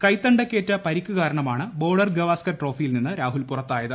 കൈത്തണ്ടയ്ക്കേറ്റ പരിക്ക് കാരണമാണ് ബോർഡർ ഗവാസ്കർ ട്രോഫിയിൽ നിന്ന് രാഹുൽ പുറത്തായത്